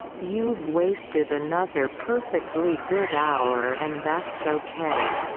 you've wasted another perfectly good hour and that's ok,